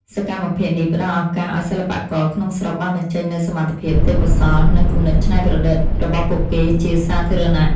សកម្មភាពនេះផ្ដល់ឱកាសឱ្យសិល្បករក្នុងស្រុកបានបញ្ចេញនូវសមត្ថភាព ទេពកោសល្យ និងគំនិតច្នៃប្រឌិតរបស់ពួកគេជាសាធារណៈ។